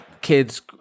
kids